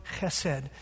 chesed